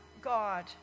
God